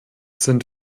sind